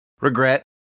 regret